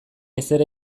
ezer